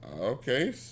okay